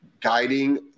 guiding